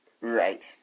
Right